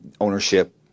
Ownership